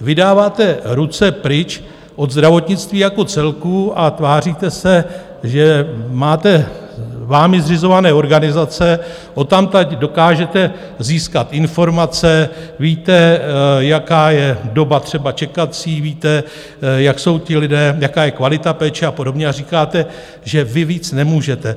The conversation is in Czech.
Vy dáváte ruce pryč od zdravotnictví jako celku a tváříte se, že máte vámi zřizované organizace, odtamtud dokážete získat informace, víte, jaká je doba třeba čekací, víte, jaká je kvalita péče a podobně, a říkáte, že vy víc nemůžete.